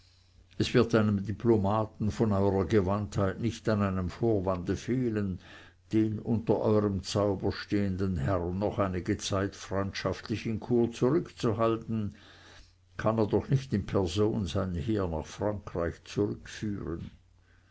es wird einem diplomaten von eurer gewandtheit nicht an einem vorwande fehlen den unter eurem zauber stehenden herrn noch einige zeit freundschaftlich in chur zurückzuhalten kann er doch nicht in person sein heer nach frankreich zurückführen